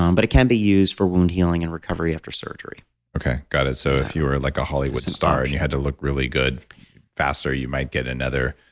um but it can be used for wound healing and recovery after surgery okay, got it. so, if you were like a hollywood star and you had to look really good faster you might get another.